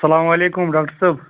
السلام علیکُم ڈاکٹَر صٲب